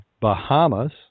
Bahamas